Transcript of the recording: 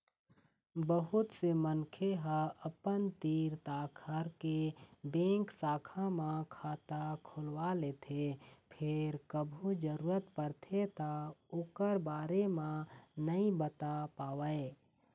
बहुत से मनखे ह अपन तीर तखार के बेंक शाखा म खाता खोलवा लेथे फेर कभू जरूरत परथे त ओखर बारे म नइ बता पावय